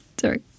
sorry